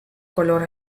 color